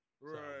Right